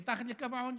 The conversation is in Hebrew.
מתחת לקו העוני,